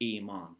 Iman